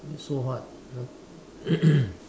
so hard